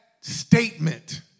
statement